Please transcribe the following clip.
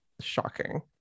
shocking